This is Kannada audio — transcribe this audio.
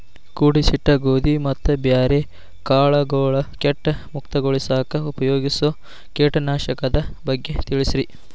ಕೂಡಿಸಿಟ್ಟ ಗೋಧಿ ಮತ್ತ ಬ್ಯಾರೆ ಕಾಳಗೊಳ್ ಕೇಟ ಮುಕ್ತಗೋಳಿಸಾಕ್ ಉಪಯೋಗಿಸೋ ಕೇಟನಾಶಕದ ಬಗ್ಗೆ ತಿಳಸ್ರಿ